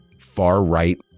far-right